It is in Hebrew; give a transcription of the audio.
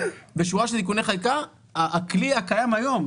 בשורה של תיקוני חקיקה הכלי הקיים היום,